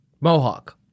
Mohawk